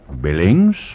Billings